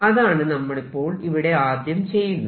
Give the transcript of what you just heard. അതാണ് നമ്മളിപ്പോൾ ഇവിടെ ആദ്യം ചെയ്യുന്നത്